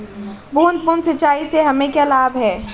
बूंद बूंद सिंचाई से हमें क्या लाभ है?